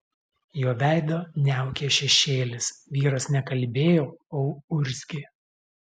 jo veidą niaukė šešėlis vyras ne kalbėjo o urzgė